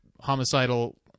homicidal